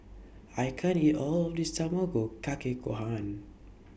I can't eat All of This Tamago Kake Gohan